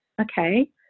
okay